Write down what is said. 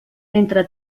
entre